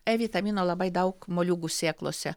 e vitamino labai daug moliūgų sėklose